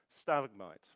stalagmite